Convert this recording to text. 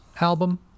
album